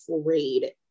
afraid